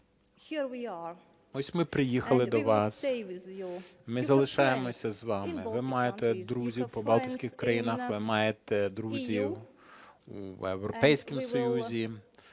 Ось ми приїхали до вас, ми залишаємося з вами. Ви маєте друзів по балтійських країнах, ви маєте друзів у Європейському Союзі,